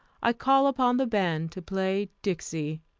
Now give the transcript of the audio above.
i call upon the band to play dixie.